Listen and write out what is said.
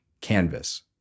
canvas